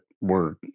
word